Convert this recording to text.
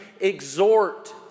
exhort